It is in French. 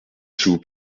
sous